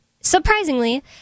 surprisingly